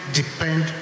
depend